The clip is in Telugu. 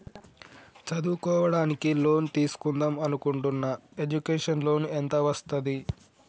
చదువుకోవడానికి లోన్ తీస్కుందాం అనుకుంటున్నా ఎడ్యుకేషన్ లోన్ ఎంత వస్తది?